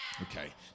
Okay